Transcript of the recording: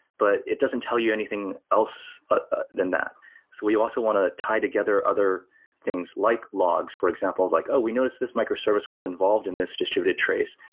but it doesn't tell you anything else ah than that so we also want to tie together other things, like logs for example. like, oh, we noticed this microservice was involved in this distributed trace.